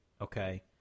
okay